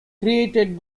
created